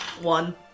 one